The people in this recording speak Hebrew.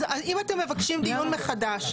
אז אם אתם מבקשים דיון מחדש,